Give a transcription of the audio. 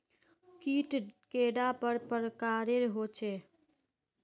कीट कैडा पर प्रकारेर होचे?